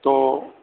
تو